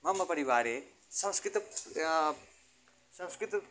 मम परिवारे संस्कृतं संस्कृतम्